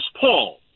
Paul